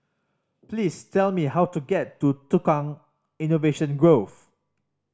please tell me how to get to Tukang Innovation Grove